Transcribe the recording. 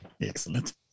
Excellent